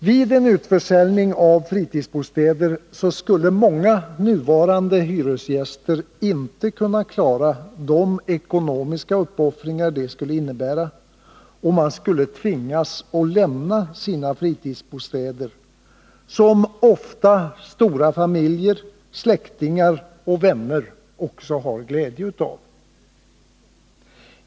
Vid en utförsäljning av fritidsbostäder skulle många nuvarande hyresgäster inte klara de ekonomiska uppoffringar det skulle innebära att köpa dem och de skulle tvingas lämna sina fritidsbostäder, som ofta också stora familjer, släktingar och vänner har glädje av.